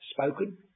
spoken